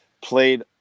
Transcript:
Played